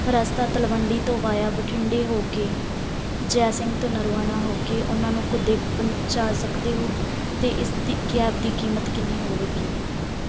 ਰਸਤਾ ਤਲਵੰਡੀ ਤੋਂ ਵਾਇਆ ਬਠਿੰਡੇ ਹੋ ਕੇ ਜੈ ਸਿੰਘ ਤੋਂ ਨਰਵਾਣਾ ਹੋ ਕੇ ਉਹਨਾਂ ਨੂੰ ਘੁੱਦੇ ਪਹੁੰਚਾ ਸਕਦੇ ਹੋ ਅਤੇ ਇਸਦੀ ਕੈਬ ਦੀ ਕੀਮਤ ਕਿੰਨੀ ਹੋਵੇਗੀ